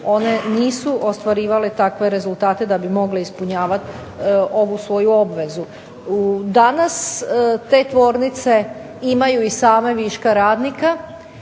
one nisu ostvarivale takve rezultate da bi mogle ispunjavati ovu svoju obvezu. Danas te tvornice imaju i same viška radnika,a